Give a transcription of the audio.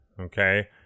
Okay